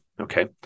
Okay